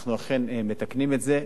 ואנחנו אכן מתקנים את זה.